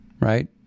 right